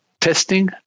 testing